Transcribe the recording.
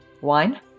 wine